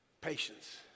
Patience